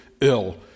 ill